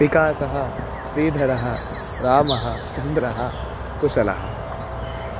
विकासः श्रीधरः रामः चन्द्रः कुशलः